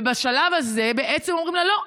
ובשלב הזה בעצם אומרים לה: לא,